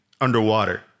underwater